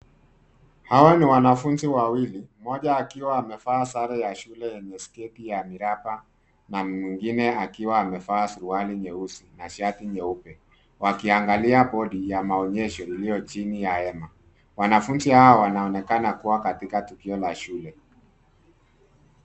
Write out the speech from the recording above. Hawa ni wanafunzi wawili, mmoja akiwa amevaa sare ya shule yenye sketi ya miraba na mwingine akiwa amevaa suruali nyeusi na shati nyeupe wakiangalia board ya maonyesho ilio chini ya hema. Wanafunzi hawa wanaonekana kuwa katika tukio la shule.